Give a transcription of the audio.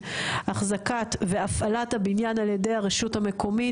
אחזקת והפעלת הבניין על ידי הרשות המקומית.